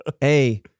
Hey